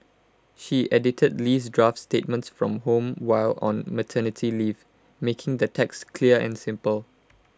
she edited Lee's draft statements from home while on maternity leave making the text clear and simple